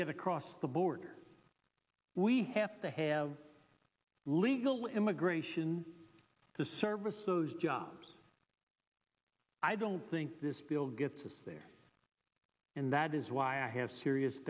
get across the border we have to have legal immigration to service those jobs i don't think this bill gets us there and that is why i have serious